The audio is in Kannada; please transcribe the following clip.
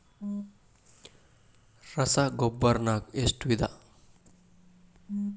ರಸಗೊಬ್ಬರ ನಾಗ್ ಎಷ್ಟು ವಿಧ?